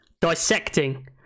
dissecting